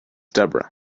deborah